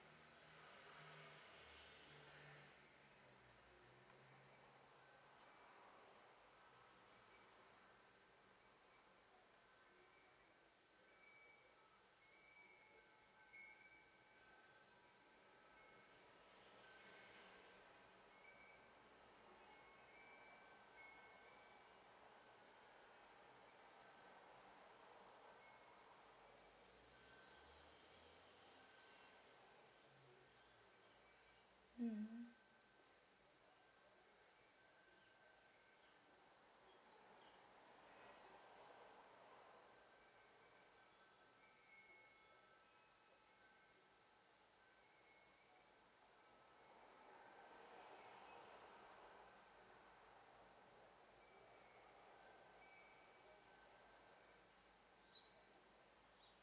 mm